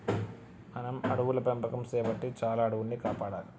మనం అడవుల పెంపకం సేపట్టి చాలా అడవుల్ని కాపాడాలి